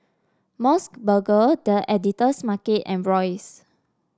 MOS burger The Editor's Market and Royce